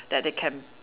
that they can